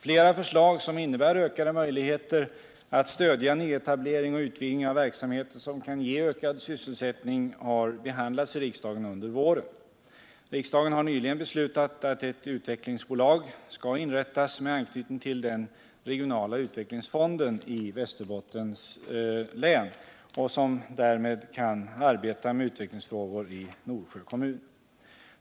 Flera förslag som innebär ökade möjligheter att stödja nyetablering och utvidgning av verksamheter som kan ge ökad sysselsättning har behandlats i riksdagen under våren. Riksdagen har nyligen beslutat att det skall inrättas ett utvecklingsbolag som har anknytning till den regionala utvecklingsfonden i Västerbottens län och som därmed kan arbeta med utvecklingsfrågor i Norsjö kommun.